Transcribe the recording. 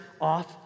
off